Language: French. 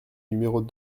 numéros